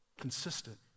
Consistent